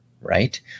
right